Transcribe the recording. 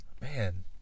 Man